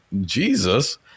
Jesus